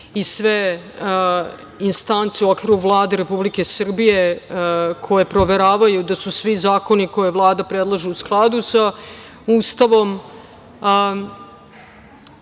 i sve instance u okviru Vlade Republike Srbije koje proveravaju da su svi zakoni koje Vlada predlaže u skladu sa Ustavom,